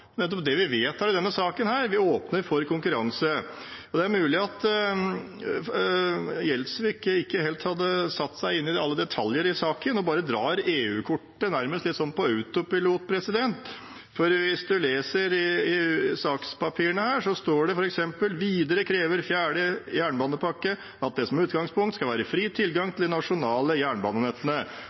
nettopp det vi vedtar i denne saken, at vi åpner for konkurranse. Det er mulig Gjelsvik ikke helt har satt seg inn i alle detaljer i saken og bare drar EU-kortet nærmest litt på autopilot, for hvis man leser i sakspapirene, står det f.eks.: «Videre krever fjerde jernbanepakke at det som utgangspunkt skal være fri tilgang til de nasjonale jernbanenettene.»